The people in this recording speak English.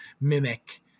mimic